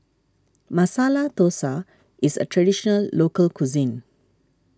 Masala Dosa is a Traditional Local Cuisine